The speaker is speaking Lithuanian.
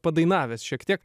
padainavęs šiek tiek